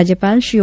રાજ્યપાલ શ્રી ઓ